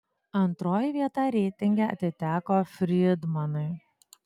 antroji vieta reitinge atiteko frydmanui